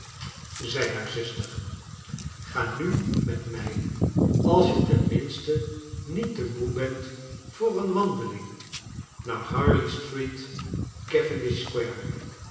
zei haar zuster ga nu met mij als je ten minste niet te moe bent voor een wandeling naar harley street